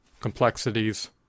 complexities